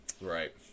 Right